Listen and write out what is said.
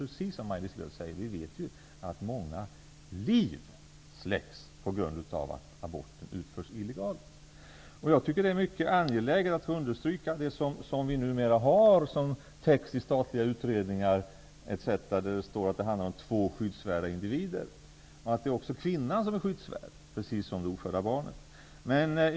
Precis som Maj-Lis Lööw säger vet vi att många liv släcks på grund av att aborten utförs illegalt. Jag tycker att det är mycket angeläget att få understryka det som vi numera har som text i statliga utredningar, där står det om två skyddsvärda individer. Även kvinnan är skyddsvärd, precis som det ofödda barnet.